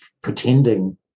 pretending